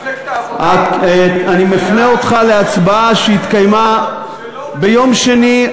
אני מפנה אותך להצבעה שהתקיימה ביום שני,